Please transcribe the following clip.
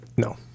No